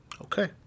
Okay